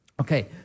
Okay